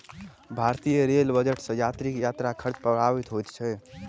भारतीय रेल बजट सॅ यात्रीक यात्रा खर्च प्रभावित होइत छै